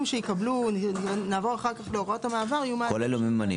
שיקבלו נעבור אחר כך להוראות המעבר --- כל אלו מי ממנה?